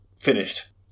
finished